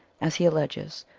as he alleges,